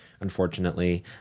unfortunately